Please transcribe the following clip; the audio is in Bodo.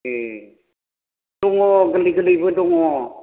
ए दङ गोरलै गोरलैबो दङ